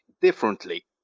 differently